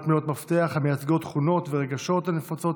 מילות מפתח המייצגות תכונות ורגשות הנפוצים